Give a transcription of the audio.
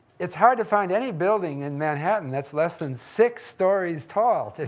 it's hard to find any building in manhattan that's less than six stories tall, today,